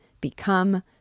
become